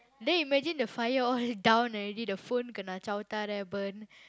then imagine the fire all down already the phone kena chao ta then burn